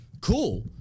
Cool